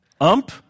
ump